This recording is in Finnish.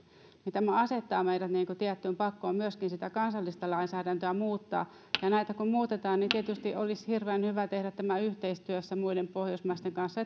tämä asettaa meidät tiettyyn pakkoon myöskin sitä kansallista lainsäädäntöä muuttaa ja näitä kun muutetaan niin tietysti olisi hirveän hyvä tehdä tämä yhteistyössä muiden pohjoismaiden kanssa